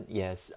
yes